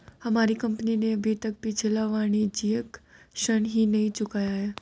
हमारी कंपनी ने अभी तक पिछला वाणिज्यिक ऋण ही नहीं चुकाया है